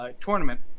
tournament